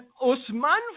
Osman